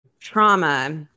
trauma